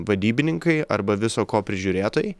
vadybininkai arba viso ko prižiūrėtojai